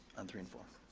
on three and four.